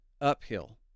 uphill